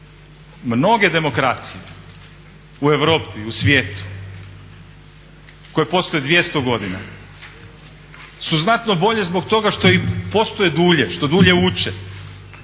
Mnoge demokracije u Europi i u svijetu koje postoje 200 godina su znatno bolje zbog toga što i postoje dulje, što dulje uče,